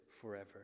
forever